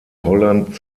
holland